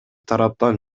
тараптан